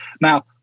Now